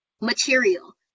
material